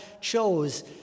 chose